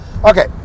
Okay